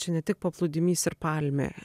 čia ne tik paplūdimys ir palmė